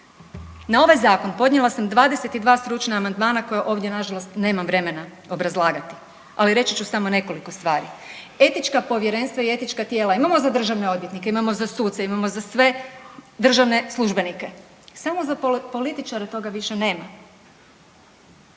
Na ovaj zakon podnijela sam 22 stručna amandmana koja ovdje nažalost nemam vremena obrazlagati, ali reći ću samo nekoliko stvari. Etička povjerenstva i etička tijela imamo za državne odvjetnike, imamo za suce, imamo za sve državne službenike, samo za političare toga više nema.